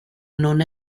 non